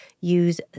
use